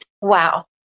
Wow